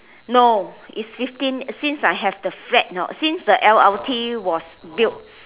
no is fifteen since I have the flat you know since the l_r_t was built